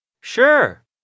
Sure